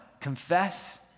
confess